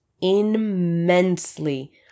immensely